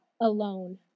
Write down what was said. alone